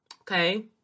okay